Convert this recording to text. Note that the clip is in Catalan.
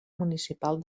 municipal